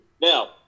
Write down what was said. now